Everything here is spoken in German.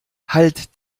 halt